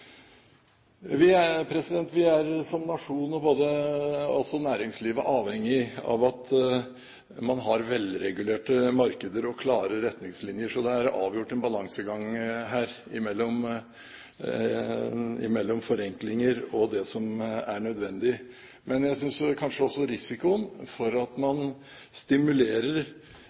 Vi som nasjon og også næringslivet er avhengig av at man har velregulerte markeder og klare retningslinjer. Så det er avgjort en balansegang her mellom forenklinger og det som er nødvendig. Men jeg synes kanskje risikoen for at man stimulerer